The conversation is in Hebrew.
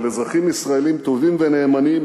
על אזרחים ישראלים טובים ונאמנים,